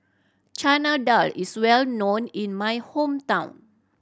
Chana Dal is well known in my hometown